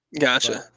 Gotcha